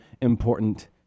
important